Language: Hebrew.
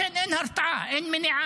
לכן, אין הרתעה, אין מניעה.